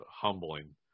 humbling